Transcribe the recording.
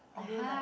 although like